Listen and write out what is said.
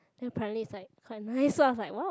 the apparently is like quite nice lah I was like !wow!